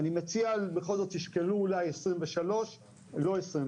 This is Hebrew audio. אני רוצה להסביר שנייה את היתרונות והחסרונות של